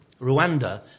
Rwanda